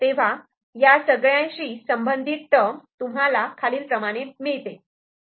तेव्हा या सगळ्याशी संबंधित टर्म तुम्हाला खालील प्रमाणे मिळते